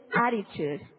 attitude